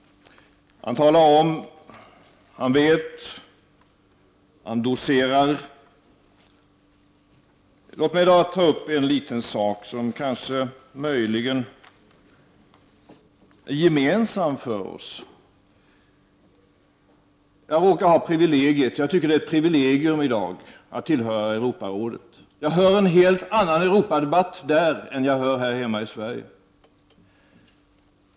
Han talar om, han vet, han docerar. Låt mig i dag ta upp en liten sak som möjligen är gemensam för oss. Jag råkar ha privilegiet — jag tycker det är ett privilegium i dag — att tillhöra Europarådet. Där hör jag en helt annan Europadebatt än här hemma i Sverige.